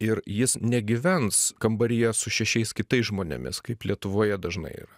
ir jis negyvens kambaryje su šešiais kitais žmonėmis kaip lietuvoje dažnai yra